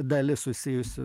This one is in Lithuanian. dalis susijusi